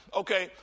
okay